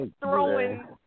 throwing